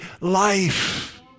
Life